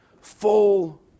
full